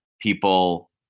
people